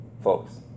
folks